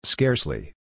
Scarcely